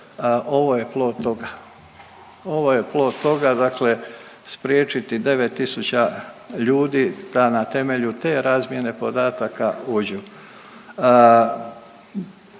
sporazume. Ovo je plod toga, dakle spriječiti 9000 ljudi da na temelju te razmjene podataka uđu.